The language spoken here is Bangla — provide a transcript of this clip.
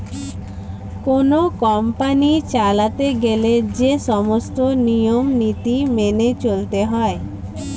কোন কোম্পানি চালাতে গেলে যে সমস্ত নিয়ম নীতি মেনে চলতে হয়